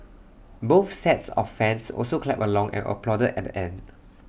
both sets of fans also clapped along and applauded at the end